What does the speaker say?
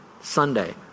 Sunday